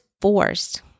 forced